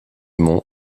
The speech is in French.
mont